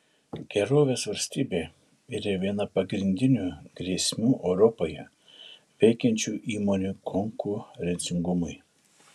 gerovės valstybė yra viena pagrindinių grėsmių europoje veikiančių įmonių konkurencingumui